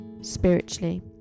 spiritually